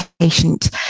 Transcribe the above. patient